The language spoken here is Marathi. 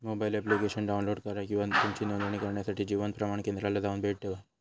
मोबाईल एप्लिकेशन डाउनलोड करा किंवा तुमची नोंदणी करण्यासाठी जीवन प्रमाण केंद्राला जाऊन भेट देवा